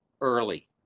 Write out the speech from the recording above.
early